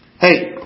Hey